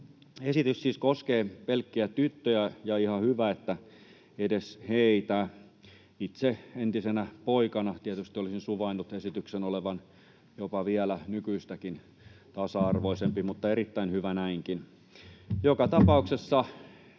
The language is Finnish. Esitys siis koskee pelkkiä tyttöjä, ja ihan hyvä, että edes heitä. Itse entisenä poikana tietysti olisin suvainnut esityksen olevan jopa vielä nykyistäkin tasa-arvoisempi, mutta erittäin hyvä näinkin. Joka tapauksessa